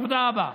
תודה רבה.